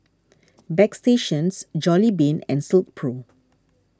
Bagstationz Jollibean and Silkpro